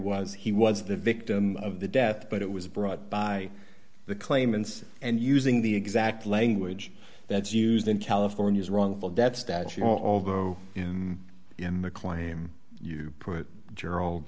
was he was the victim of the death but it was brought by the claimants and using the exact language that's used in california's wrongful deaths that although in in the claim you put gerald